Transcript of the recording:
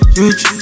rich